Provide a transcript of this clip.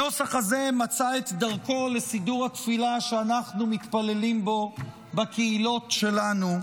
הנוסח הזה מצא את דרכו לסידור התפילה שאנחנו מתפללים בו בקהילות שלנו,